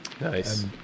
Nice